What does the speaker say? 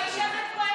היא יושבת פה,